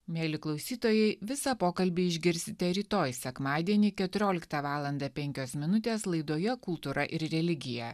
mieli klausytojai visą pokalbį išgirsite rytoj sekmadienį keturioliktą valandą penkios minutės laidoje kultūra ir religija